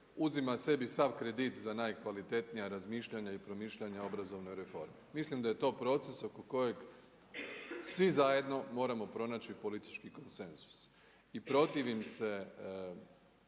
uzima sebi sav kredit za najkvalitetnija razmišljanja i promišljanja o obrazovnoj reformi. Mislim da je to proces oko kojeg svi zajedno moramo pronaći politički konsenzus. I protivim se